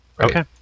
Okay